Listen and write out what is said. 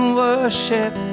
worship